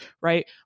right